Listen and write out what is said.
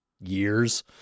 years